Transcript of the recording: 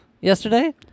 yesterday